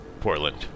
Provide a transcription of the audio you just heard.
Portland